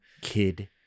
Kid